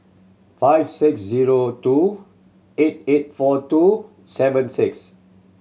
five six zero two eight eight four two seven six